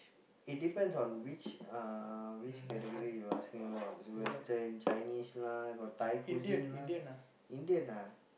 it depends on which uh which category you asking about is it Western Chinese lah got Thai Cuisine lah Indian ah